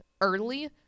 early